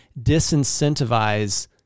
disincentivize